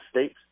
states